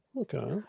okay